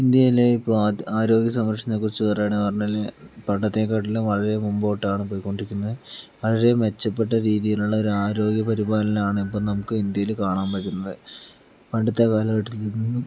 ഇന്ത്യയിലെ ഇപ്പൊൾ ആത് ആരോഗ്യ സംരക്ഷണത്തെ കുറിച്ച് പറയുവാണേൽ പറഞ്ഞാല് പണ്ടത്തെ കാട്ടിലും വളരെ മുമ്പോട്ടാണ് പൊയ്ക്കൊണ്ടിരിക്കുന്നെ വളരേ മെച്ചപ്പെട്ട രീതിയിലുള്ള ഒരു ആരോഗ്യ പരിപാലനമാണ് ഇപ്പൊൾ നമുക്ക് ഇന്ത്യയിൽ കാണാൻ പറ്റുന്നത് പണ്ടത്തെ കാലഘട്ടത്തിൽ നിന്നും